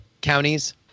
counties